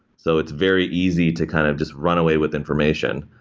so it's very easy to kind of just run away with information.